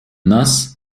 нас